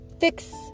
fix